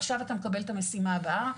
עכשיו אתה מקבל את המשימה הבאה,